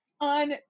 On